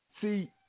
See